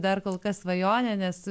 dar kol kas svajonė nes